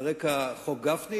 על רקע חוק גפני,